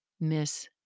Miss